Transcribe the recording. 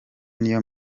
niyo